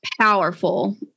powerful